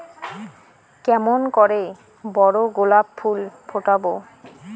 কেমন করে বড় গোলাপ ফুল ফোটাব?